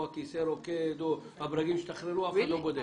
אם הכיסא רוקד או הברגים השתחררו, אף אחד לא בודק,